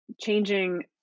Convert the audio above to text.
changing